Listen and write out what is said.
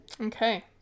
Okay